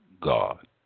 God